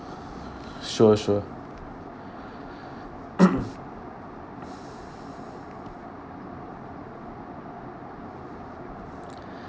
sure sure